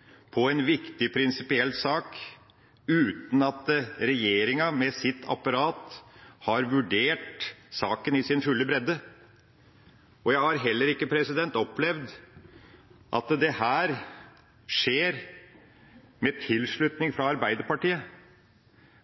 på et Dokument 8-forslag i en viktig prinsipiell sak, uten at regjeringa med sitt apparat har vurdert saken i sin fulle bredde. Jeg har heller ikke opplevd at slikt skjer med tilslutning fra Arbeiderpartiet,